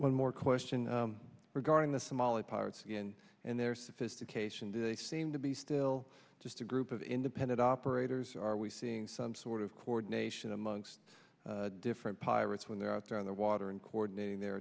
one more question regarding the somali pirates and their sophistication do they seem to be still just a group of independent operators are we seeing some sort of coordination amongst different pirates when they're out there on the water and coordinating their